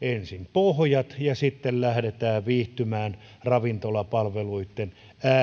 pohjat ja sitten lähdetään viihtymään ravintolapalveluitten